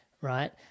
right